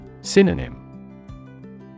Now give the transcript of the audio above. Synonym